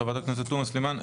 חברת הכנסת תומא סלימאן,